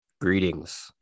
Greetings